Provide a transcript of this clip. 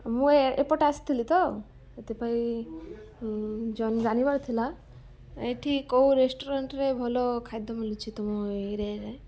ମୁଁ ଏ ଏପଟେ ଆସିଥିଲି ତ ଏଥିପାଇଁ ଜାଣିବାର ଥିଲା ଏଠି କୋଉ ରେଷ୍ଟୁରାଣ୍ଟ୍ରେ ଭଲ ଖାଦ୍ୟ ମିଳୁଛି ତମ ଏଇ ଏରିଆରେ